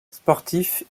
sportif